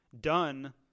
done